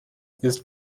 ist